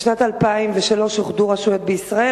בשנת 2003 אוחדו רשויות בישראל.